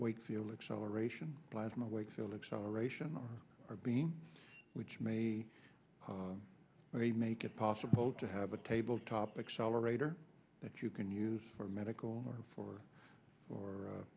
wakefield acceleration plasma wakefield acceleration or are being which may or may make it possible to have a tabletop accelerator that you can use for medical or for or for